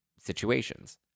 situations